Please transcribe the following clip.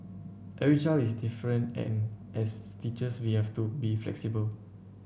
every child is different and as teachers we have to be flexible